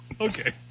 Okay